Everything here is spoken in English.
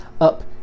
up